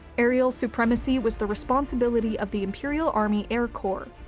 aerial supremacy was the responsibility of the imperial army air corps.